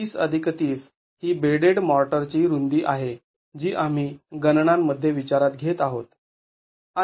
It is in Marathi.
तर ३० ३० ही बेडेड मोर्टरची रुंदी आहे जी आम्ही गणनांमध्ये विचारात घेत आहोत